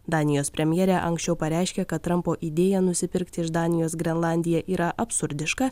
danijos premjerė anksčiau pareiškė kad trampo idėja nusipirkti iš danijos grenlandiją yra absurdiška